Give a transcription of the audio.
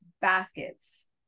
baskets